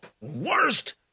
worst